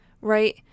right